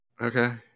Okay